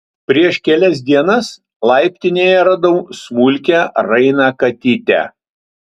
prieš kelias dienas laiptinėje radau smulkią rainą katytę